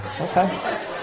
Okay